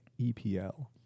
EPL